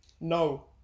No